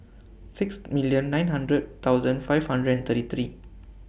six million nine hundred thousand five hundred and thirty three